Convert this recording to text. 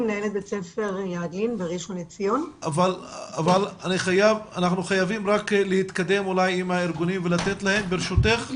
אנחנו חייבים להתקדם ולתת לארגונים ברשותך.